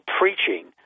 preaching